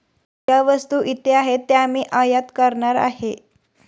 ज्या वस्तू इथे आहेत त्या मी आयात करणार आहे